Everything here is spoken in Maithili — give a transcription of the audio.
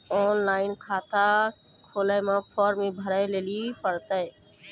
ऑनलाइन खाता खोलवे मे फोर्म भी भरे लेली पड़त यो?